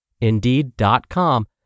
Indeed.com